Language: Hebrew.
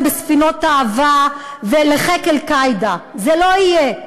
בספינות האהבה ולחיק "אל-קאעידה" זה לא יהיה,